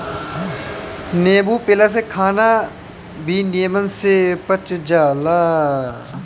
नींबू पियला से खाना भी निमन से पच जाला